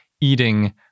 eating